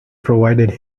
provided